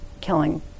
killing